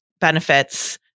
benefits